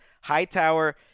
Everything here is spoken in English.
Hightower